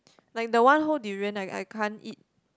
like the one whole durian I I can't eat